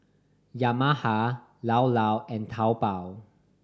Yamaha Llao Llao and Taobao